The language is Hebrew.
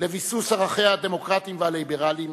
לביסוס ערכיה הדמוקרטיים והליברליים,